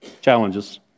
challenges